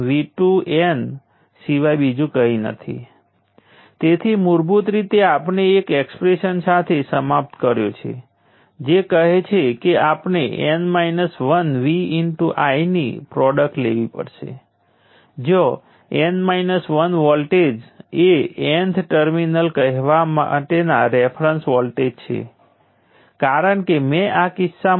અને આ બે વચ્ચે 0 અને 100 માઇક્રોસેકન્ડ વચ્ચે તે છે આ કોન્સ્ટન્ટ અને સીધી રેખાની પ્રોડક્ટ છે તેથી તે એક સીધી રેખા હશે જે પોઝિટિવ મૂલ્યો ધરાવે છે કારણ કે કરંટ અને વોલ્ટેજ બંને નેગેટિવ છે